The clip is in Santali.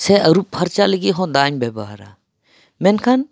ᱥᱮ ᱟᱹᱨᱩᱵ ᱯᱷᱟᱨᱪᱟᱜ ᱞᱟᱹᱜᱤᱫ ᱦᱚᱸ ᱫᱟᱜ ᱤᱧ ᱵᱮᱵᱚᱦᱟᱨᱟ ᱢᱮᱱᱠᱷᱟᱱ